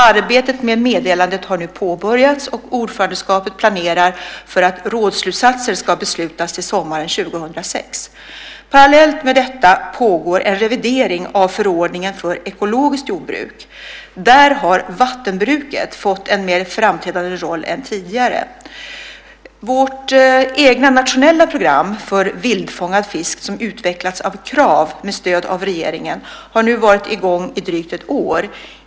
Arbete med meddelandet har nu påbörjats och ordförandeskapet planerar för att rådsslutsatser ska beslutas till sommaren 2006. Parallellt med detta pågår en revidering av förordningen för ekologiskt jordbruk. Där har vattenbruket fått en mer framträdande roll än tidigare. Vårt eget nationella program för vildfångad fisk som utvecklats av Krav, Kontrollföreningen för Ekologisk Odling med stöd av regeringen, har nu varit i gång i drygt ett år.